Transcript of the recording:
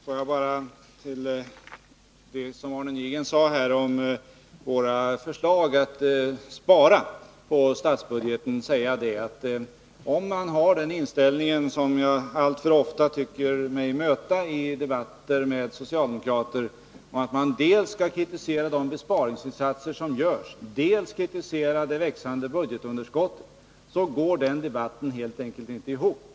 Fru talman! Alltför ofta i debatter med socialdemokrater möter man den inställningen att de kritiserar dels de besparingsinsatser som görs, dels det växande budgetunderskottet. Den debatten går helt enkelt inte ihop.